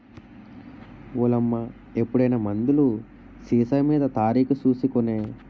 ఓలమ్మా ఎప్పుడైనా మందులు సీసామీద తారీకు సూసి కొనే